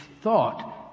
thought